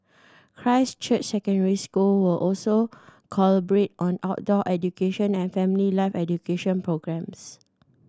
Christ Church Secondary will also collaborate on outdoor education and family life education programmes